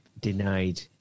denied